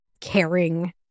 caring